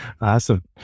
Awesome